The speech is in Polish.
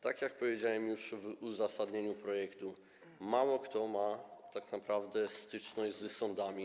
Tak jak już powiedziałem w uzasadnieniu projektu, mało kto ma tak naprawdę styczność z sądami.